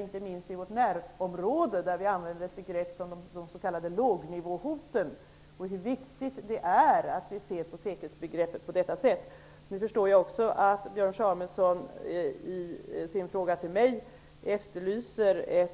Inte minst inom vårt närområde, där vi använder begrepp som de s.k. lågnivåhoten, märker vi hur viktigt det är att vi ser på säkerhetsbegreppet på detta sätt. Nu förstår jag också att Björn Samuelson i sin fråga till mig efterlyser